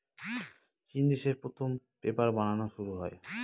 চিন দেশে প্রথম পেপার বানানো শুরু হয়